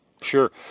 Sure